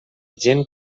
gent